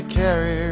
carry